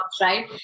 right